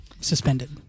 suspended